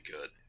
good